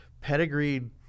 pedigreed